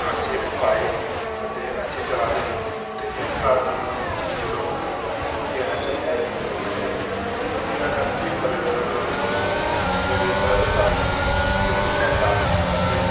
अच्छे मुकाए ते अच्छे चला दे न ते इस कारण लोन लैना चाहिदा ऐ ते जियां नर्सरी पर मेरे ब्रदर साह्ब नै लोन लैता ते